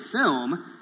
film